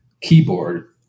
keyboard